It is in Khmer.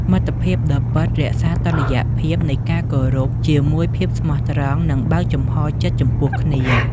មិត្តភាពដ៏ពិត រក្សាតុល្យភាពនៃការគោរពជាមួយភាពស្មោះត្រង់ និងបើកចំហចិត្តចំពោះគ្នា។